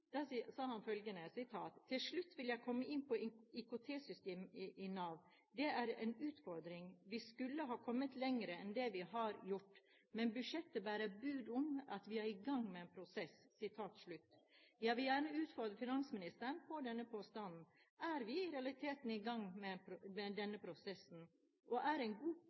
følgende: «Til slutt vil jeg komme inn på IKT-systemet i Nav. Det er en utfordring. Vi skulle ha kommet lenger enn det vi har gjort, men budsjettet bærer bud om at en er i gang med prosessen.» Jeg vil gjerne utfordre finansministeren på denne påstanden. Er vi i realiteten i gang med denne prosessen? Og er det en god